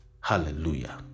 Hallelujah